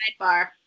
sidebar